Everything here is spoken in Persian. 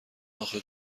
اخه